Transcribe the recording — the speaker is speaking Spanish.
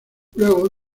luego